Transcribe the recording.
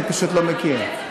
אני פשוט לא מכיר.